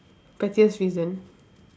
pettiest reason